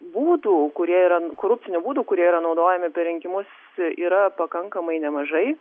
būdų kurie yra korupcinių būdų kurie yra naudojami per rinkimus yra pakankamai nemažai